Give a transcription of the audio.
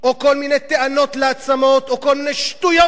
או כל מיני טענות לעצמות או כל מיני שטויות